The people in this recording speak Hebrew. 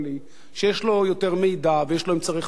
ויש לו אמצעי חקירה יותר מדויקים,